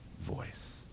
voice